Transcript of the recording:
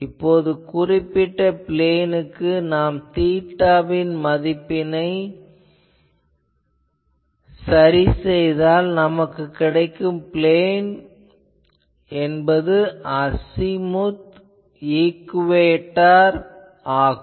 இப்போது ஒரு குறிப்பிட்ட பிளேனுக்கு நாம் தீட்டாவின் மதிப்பினை சரி செய்தால் நமக்குக் கிடைக்கும் ப்ளேன் என்பது அசிமுத் ப்ளேன் ஈக்குவேட்டார் ஆகும்